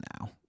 now